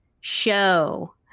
show